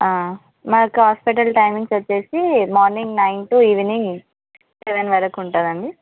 మాకు hospital timings వచ్చేసి morning nine to evening seven వరకు ఉంటుంది అండి